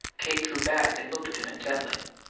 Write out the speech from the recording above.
kate drew back and looked at him intently.